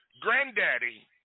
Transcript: Granddaddy